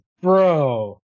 Bro